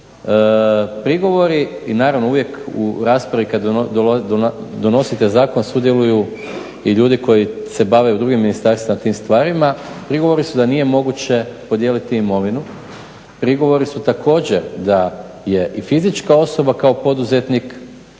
prigovori i naravno uvijek u raspravi kada donosite zakon sudjeluju i ljudi koji se bave u drugim ministarstvima tim stvarima, prigovori su da nije moguće podijeliti imovinu, prigovori su također da je i fizička osoba kao poduzetnik